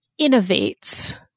innovates